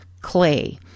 clay